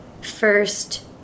first